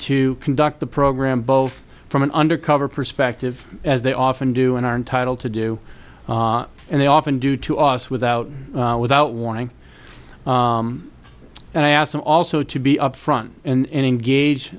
to conduct the program both from an undercover perspective as they often do and are entitled to do and they often do to us without without warning and i ask them also to be up front and engage